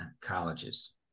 colleges